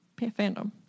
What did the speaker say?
fandom